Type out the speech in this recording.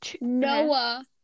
Noah